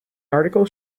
article